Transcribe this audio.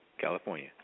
California